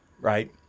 right